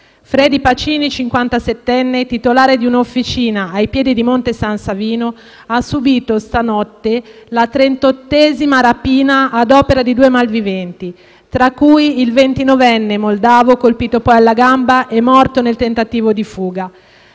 Fredy Pacini, cinquantasettenne titolare di un'officina ai piedi di Monte San Savino, ha subito stanotte la trentottesima rapina ad opera di due malviventi, tra cui il ventinovenne moldavo colpito poi alla gamba e morto nel tentativo di fuga.